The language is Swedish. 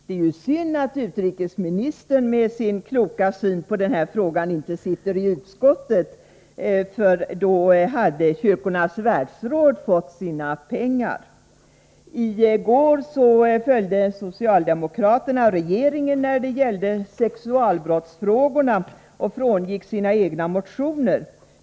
Det är synd att utrikesministern, med sin kloka syn på denna fråga, inte sitter i utskottet. Då hade Kyrkornas världsråd fått sina pengar! I går följde socialdemokraterna regeringen när det gällde sexualbrottsfrågorna och frångick sina egna motioner.